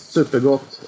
Supergott